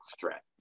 threat